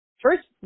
First